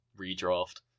redraft